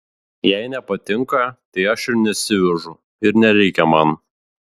jei nepatinka tai aš ir nesivežu ir nereikia man